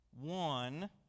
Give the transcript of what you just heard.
one